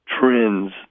trends